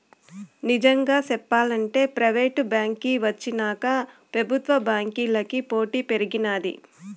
నిజంగా సెప్పాలంటే ప్రైవేటు బాంకీ వచ్చినాక పెబుత్వ బాంకీలకి పోటీ పెరిగినాది